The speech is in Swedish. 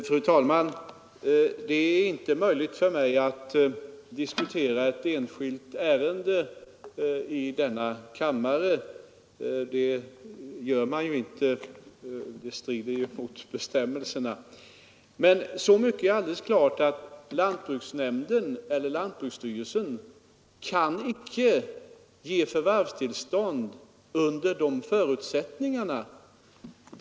Fru talman! Det är inte möjligt för mig att diskutera ett enskilt ärende i denna kammare, det strider mot bestämmelserna. Så mycket är alldeles klart att lantbruksnämnd eller lantbruksstyrelsen icke kan ge förvärvstillstånd under de förutsättningar vi här diskuterar.